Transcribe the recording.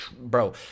bro